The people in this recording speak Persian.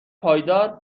پایدار